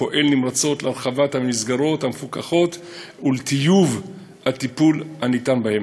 פועל נמרצות להרחבת המסגרות המפוקחות ולטיוב הטיפול הניתן בהם.